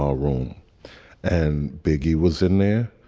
um room and biggie was in there.